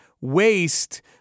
waste